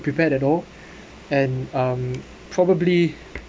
prepared at all and um probably